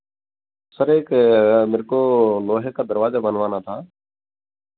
sir एक मेरे को लोहे का दरवाज़ा बनवाना था